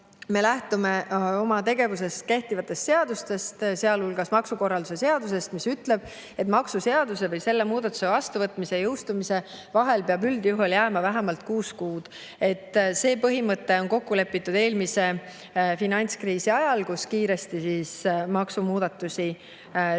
Me lähtume oma tegevuses kehtivatest seadustest, sealhulgas maksukorralduse seadusest, mis ütleb, et maksuseaduse või selle muudatuse vastuvõtmise ja jõustumise vahele peab üldjuhul jääma vähemalt kuus kuud. See põhimõte on kokku lepitud eelmise finantskriisi ajal, kui tehti kiiresti maksumuudatusi. Aitäh!